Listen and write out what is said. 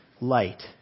light